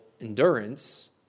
endurance